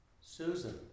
Susan